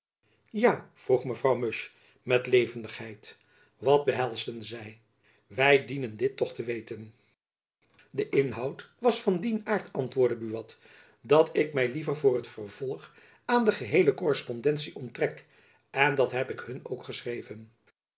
vroeg mevrouw musch met levendigjacob van lennep elizabeth musch heid wat behelsden zy wy dienen dit toch te weten de inhoud was van dien aart antwoordde buat dat ik my liever voor t vervolg aan de geheele korrespondentie onttrek en dat heb ik hun ook geschreven